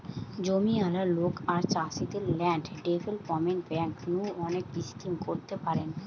জমিয়ালা লোক আর চাষীদের ল্যান্ড ডেভেলপমেন্ট বেঙ্ক নু অনেক স্কিম করতে পারেন